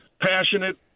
passionate